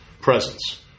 presence